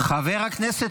חברת הכנסת